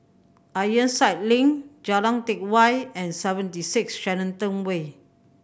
Ironside Link Jalan Teck Whye and Seventy Six Shenton Way